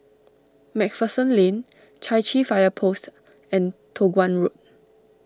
MacPherson Lane Chai Chee Fire Post and Toh Guan Road